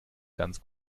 ganz